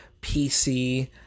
PC